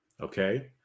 okay